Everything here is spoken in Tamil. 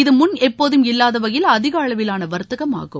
இது முன் எப்போதும் இல்லாத வகையில் அதிக அளவிலான வர்த்தகம் ஆகும்